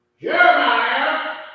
Jeremiah